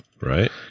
right